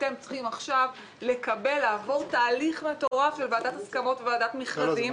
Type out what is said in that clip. אתם צריכים עכשיו לעבור תהליך מטורף של ועדת הסכמות וועדת מכרזים,